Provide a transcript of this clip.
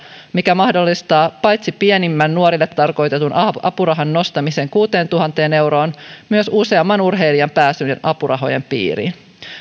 mikä mahdollistaa paitsi pienimmän nuorille tarkoitetun apurahan nostamisen kuuteentuhanteen euroon myös useamman urheilijan pääsyn apurahojen piiriin